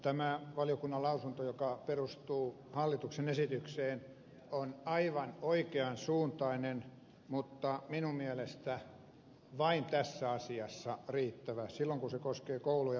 tämä valiokunnan lausunto joka perustuu hallituksen esitykseen on aivan oikean suuntainen mutta minun mielestäni vain tässä asiassa riittävä silloin kun se koskee koulu ja päivähoitokuljetuksia